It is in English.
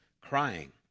crying